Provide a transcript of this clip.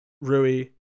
Rui